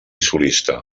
solista